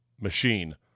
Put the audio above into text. machine